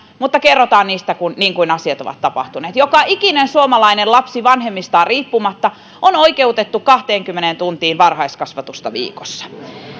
mutta kerrotaan niistä niin kuin asiat ovat tapahtuneet joka ikinen suomalainen lapsi vanhemmistaan riippumatta on oikeutettu kahteenkymmeneen tuntiin varhaiskasvatusta viikossa